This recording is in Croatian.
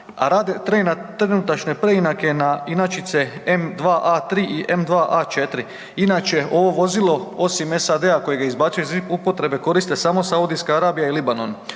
a rade trenutačne preinake na inačice M2A3 i M2A4. Inače ovo vozilo osim SAD koji ga izbacuje iz upotrebe koristi samo Saudijska Arabija i Libanon,